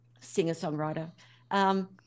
singer-songwriter